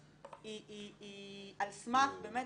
שלילה זו היא על סמך באמת